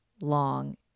long